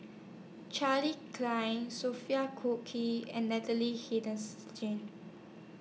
Charles Dyce Sophia Cooke and Natalie